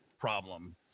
problem